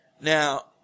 now